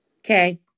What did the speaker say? Okay